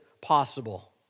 possible